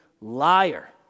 liar